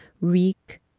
reek